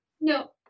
No